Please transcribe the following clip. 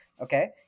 Okay